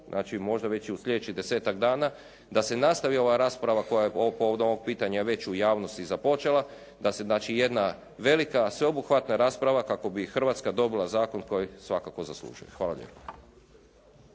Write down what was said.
možda već i u sljedećih desetak dana, da se nastavi ova rasprava koja je povodom ovog pitanja već u javnosti započela, da se znači jedna velika sveobuhvatna rasprava kako bih Hrvatska dobila zakon koji svakako zaslužuje. Hvala lijepo.